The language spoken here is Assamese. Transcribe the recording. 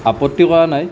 আপত্তি কৰা নাই